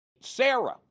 Sarah